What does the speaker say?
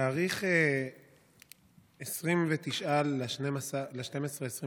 בתאריך 29 בדצמבר 2021